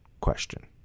question